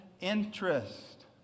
interest